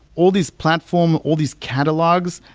all these platform, all these catalogs,